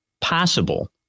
possible